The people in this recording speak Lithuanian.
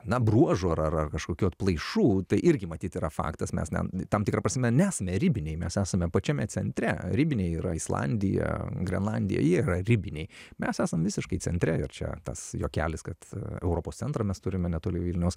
na bruožų ar ar kažkokių atplaišų tai irgi matyt yra faktas mes net tam tikra prasme nesame ribiniai mes esame pačiame centre ribiniai yra islandija grenlandija jie yra ribiniai mes esam visiškai centre ir čia tas juokelis kad europos centrą mes turime netoli vilniaus